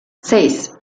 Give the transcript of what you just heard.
seis